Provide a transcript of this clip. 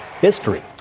history